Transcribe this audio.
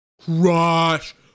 Crush